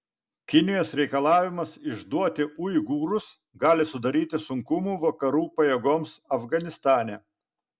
kinijos reikalavimas išduoti uigūrus gali sudaryti sunkumų vakarų pajėgoms afganistane